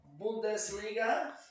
Bundesliga